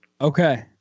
Okay